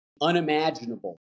unimaginable